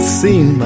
seen